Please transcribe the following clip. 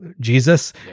Jesus